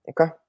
Okay